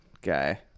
guy